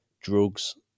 drugs